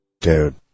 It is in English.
Dude